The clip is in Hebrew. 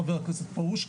ח"כ פרוש,